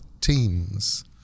teams